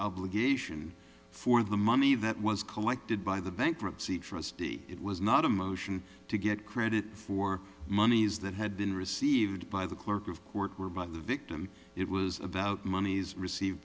obligation for the money that was collected by the bankruptcy trustee it was not a motion to get credit for monies that had been received by the clerk of court or by the victim it was about monies received